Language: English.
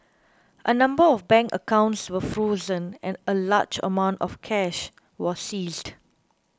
a number of bank accounts were frozen and a large amount of cash were seized